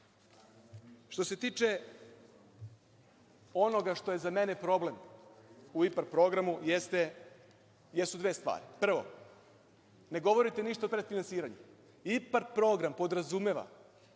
se tiče onoga što je za mene problem u IPAR programu, jesu dve stvari. Prvo, ne govorite ništa o predfinansiranju. IPAR program podrazumeva